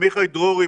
עמיחי דרורי,